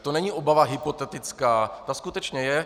To není obava hypotetická, ta skutečně je.